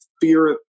fear